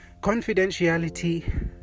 confidentiality